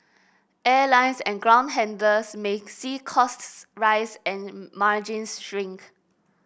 airlines and ground handlers may see costs rise and margins shrink